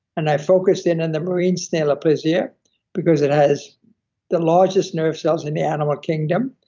and i focused in on the marine snail aplysia because it has the largest nerve cells in the animal kingdom,